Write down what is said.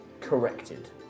Corrected